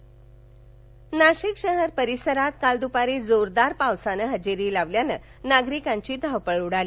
पाऊस नाशिक नाशिक शहर परिसरात काल दुपारी जोरदार पावसाने हजेरी लावल्याने नागरिकांची धावपळ उडाल